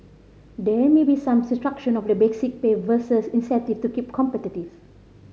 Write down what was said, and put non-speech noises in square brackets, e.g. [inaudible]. there may be some [unintelligible] of the basic pay versus incentive to keep competitive